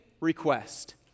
request